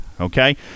okay